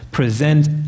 present